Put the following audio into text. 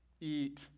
eat